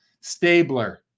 Stabler